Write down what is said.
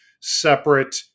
separate